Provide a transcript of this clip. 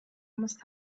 must